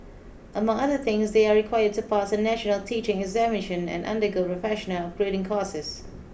among other things they are required to pass a national teaching examination and undergo professional upgrading courses